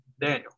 Daniel